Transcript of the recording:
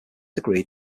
agreed